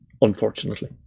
unfortunately